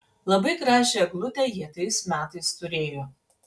labai gražią eglutę jie tais metais turėjo